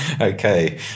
okay